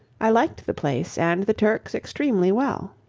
i liked the place and the turks extremely well.